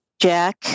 Jack